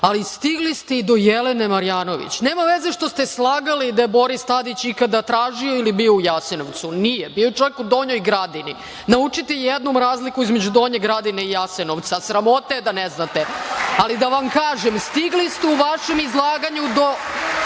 ali stigli ste i do Jelene Marjanović. Nema veze što ste slagali da je Boris Tadić ikada tražio ili bio u Jasenovcu. Nije. Bio je čak u Donjoj Gradini. Naučite jednom razliku između Donje Gradine i Jasenovca. Sramota je da ne znate. Da vam kažem, stigli ste u vašem izlaganju do